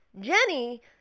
Jenny